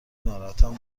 ناراحتم